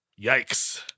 yikes